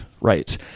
right